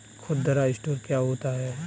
खुदरा स्टोर क्या होता है?